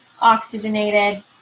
oxygenated